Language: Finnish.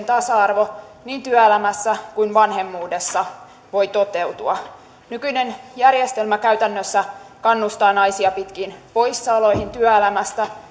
tasa arvo niin työelämässä kuin vanhemmuudessa voi toteutua nykyinen järjestelmä käytännössä kannustaa naisia pitkiin poissaoloihin työelämästä